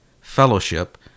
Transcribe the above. Fellowship